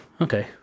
okay